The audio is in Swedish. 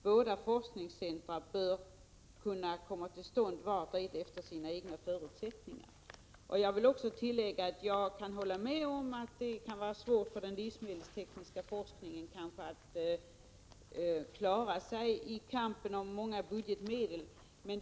Båda dessa forskningscentra bör — vart och ett efter sina egna förutsättningar — kunna komma till stånd. Jag vill tillägga att jag kan hålla med om att den livsmedelstekniska forskningen kan ha svårigheter när det gäller att klara sig i kampen om budgetmedlen.